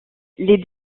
les